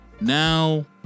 Now